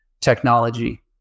technology